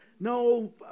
no